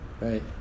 right